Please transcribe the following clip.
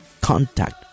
contact